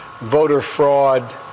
voter-fraud